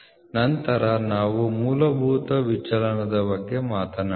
ನಂತರ ನಾವು ಮೂಲಭೂತ ವಿಚಲನದ ಬಗ್ಗೆ ಮಾತನಾಡುತ್ತೇವೆ